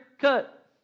cut